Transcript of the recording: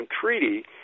treaty